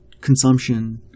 consumption